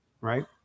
right